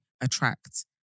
attract